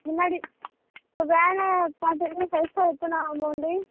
முன்னாடி இப்போ வேலை பார்த்துட்டு பைசா எத்தனை அமௌண்டு